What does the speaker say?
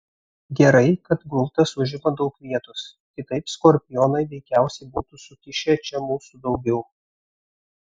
gerai kad gultas užima daug vietos kitaip skorpionai veikiausiai būtų sukišę čia mūsų daugiau